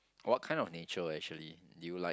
what kind of nature actually do you like